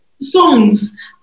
songs